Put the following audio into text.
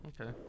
Okay